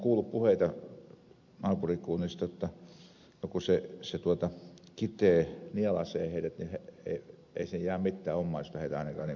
olen kuullut puheita naapurikunnista jotta kun kitee nielaisee heidät niin ei sinne jää mitään omaisuutta heille ainakaan